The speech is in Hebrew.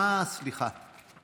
אה, סליחה.